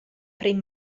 pren